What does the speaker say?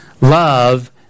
love